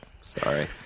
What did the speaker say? Sorry